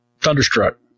Thunderstruck